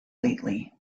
lately